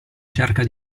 cerca